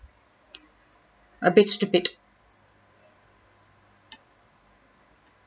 a bit stupid